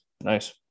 nice